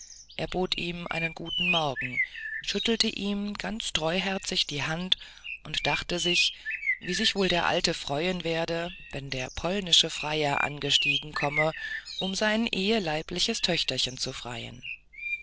er bot ihm einen guten morgen schüttelte ihm recht treuherzig die hand und dachte sich wie sich wohl der alte freuen werde wenn der polnische freier angestiegen komme um sein eheleibliches töchterchen zu freien